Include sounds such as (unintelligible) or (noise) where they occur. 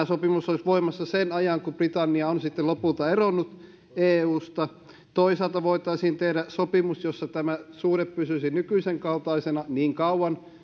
(unintelligible) sopimus olisi voimassa sen ajan kun britannia on sitten lopulta eronnut eusta toisaalta voitaisiin tehdä sopimus jossa suhde pysyisi nykyisenkaltaisena niin kauan